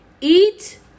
Eat